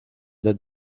del